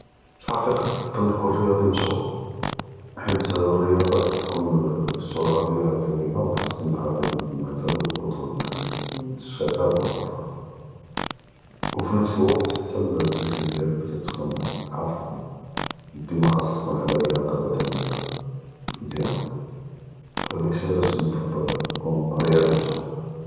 פי אלחקיקה נפדל נכון ריאצ’י משהור, בחית אלריאצ’ה תכון אלשהרה דיאלהא זווינה ו כתכון עאטי אלמת’ל ו אלקדוה ללשבאב ו אלאטפאל, ו פי נפס אלוקת חתה אלג’סם דיאלכ תתכון חאפט פיה, דימא חאצ תכון עלא אלליאקה אלבדניה מזיאנה, האדאכ שי עלאש נפדל נכון.